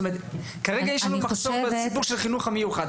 כרגע יש לנו מחסור בסיפור של החינוך המיוחד.